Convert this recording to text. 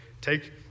take